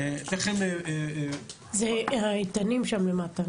איך --- זה איתנים שם למטה,